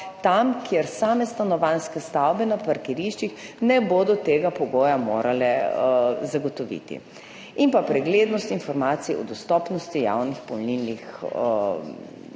tam, kjer same stanovanjske stavbe na parkiriščih ne bodo mogle zagotoviti tega pogoja, in pa preglednost informacij o dostopnosti javnih polnilnih